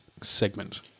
segment